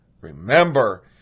Remember